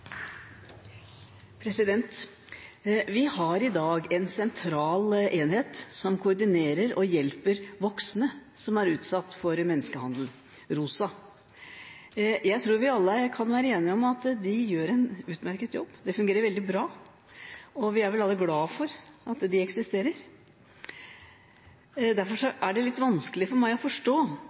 replikkordskifte. Vi har i dag en sentral enhet som koordinerer og hjelper voksne som er utsatt for menneskehandel – ROSA. Jeg tror vi alle kan være enige om at de gjør en utmerket jobb. Det fungerer veldig bra, og vi er vel alle glade for at de eksisterer. Derfor er det litt vanskelig for meg å forstå